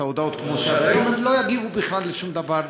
ההודעות כמו שהיה עד היום הם לא יגיבו בכלל לשום דבר,